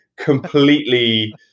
completely